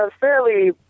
fairly